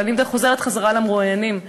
אבל אני חוזרת למרואיינים ולמרואיינות.